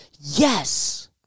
Yes